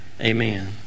Amen